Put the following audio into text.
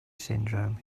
syndrome